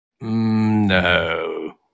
no